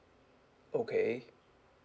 okay